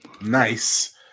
nice